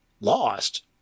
Lost